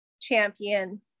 champion